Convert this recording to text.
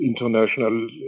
international